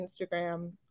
Instagram